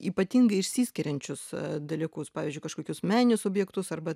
ypatingai išsiskiriančius dalykus pavyzdžiui kažkokius meninius objektus arba